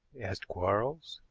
asked quarles.